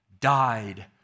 died